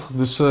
dus